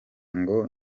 ngo